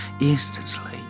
instantly